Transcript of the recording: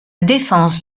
défense